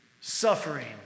suffering